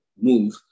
move